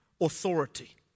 authority